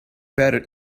patent